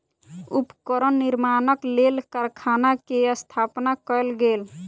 उपकरण निर्माणक लेल कारखाना के स्थापना कयल गेल